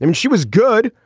and she was good,